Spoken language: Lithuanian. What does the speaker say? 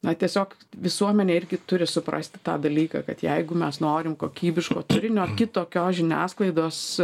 na tiesiog visuomenė irgi turi suprasti tą dalyką kad jeigu mes norim kokybiško turinio kitokios žiniasklaidos